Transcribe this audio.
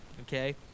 okay